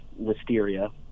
listeria